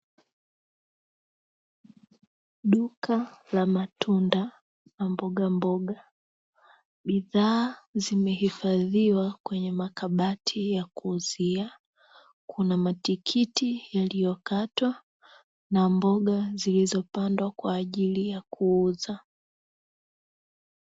Duka la matunda na mbogamboga, bidhaa zimehifadhiwa kwenye makabati ya kuuzia; kuna matikiti yaliyokatwa na mboga zilizopandwa kwa ajili ya kuuza.